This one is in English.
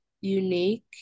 unique